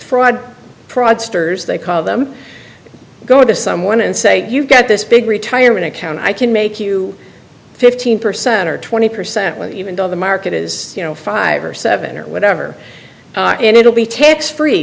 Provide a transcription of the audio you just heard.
fraud prods stirrers they call them go to someone and say you've got this big retirement account i can make you fifteen percent or twenty percent when even though the market is you know five or seven or whatever and it'll be tax free